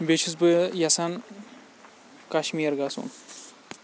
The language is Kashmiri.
بیٚیہِ چھُس بہٕ یَژھان کَشمیٖر گَژھُن